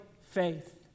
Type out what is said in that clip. faith